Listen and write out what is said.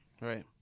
Right